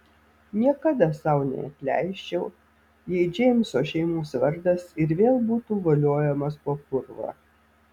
niekada sau neatleisčiau jei džeimso šeimos vardas ir vėl būtų voliojamas po purvą